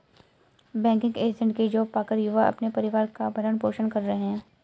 banking agent की job पाकर युवा अपने परिवार का भरण पोषण कर रहे है